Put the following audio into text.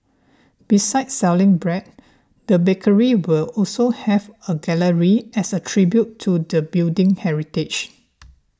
besides selling bread the bakery will also have a gallery as a tribute to the building's heritage